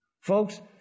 Folks